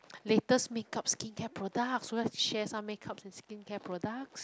latest makeup skincare products so let's share some makeup and skincare products